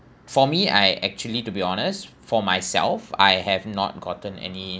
for me I actually to be honest for myself I have not gotten any